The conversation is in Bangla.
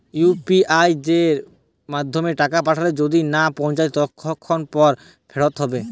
ইউ.পি.আই য়ের মাধ্যমে টাকা পাঠালে যদি না পৌছায় কতক্ষন পর ফেরত হবে?